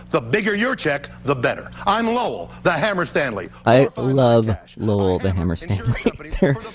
the bigger you check the better. i'm lowell the hammer stanley i love lowell the hammer stanley. but